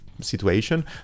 situation